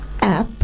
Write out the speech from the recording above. app